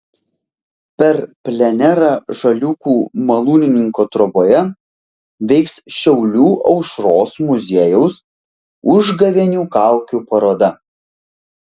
per plenerą žaliūkių malūnininko troboje veiks šiaulių aušros muziejaus užgavėnių kaukių paroda